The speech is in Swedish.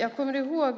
Jag kommer